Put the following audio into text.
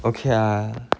okay lah